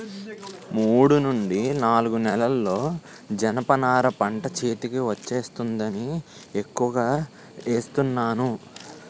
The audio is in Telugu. మూడు నుండి నాలుగు నెలల్లో జనప నార పంట చేతికి వచ్చేస్తుందని ఎక్కువ ఏస్తున్నాను